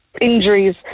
injuries